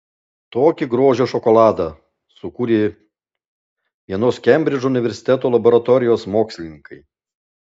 tokį grožio šokoladą sukūrė vienos kembridžo universiteto laboratorijos mokslininkai